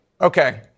Okay